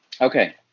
Okay